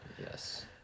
Yes